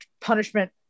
punishment